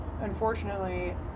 unfortunately